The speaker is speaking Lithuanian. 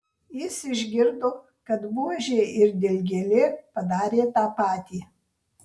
jis išgirdo kad buožė ir dilgėlė padarė tą patį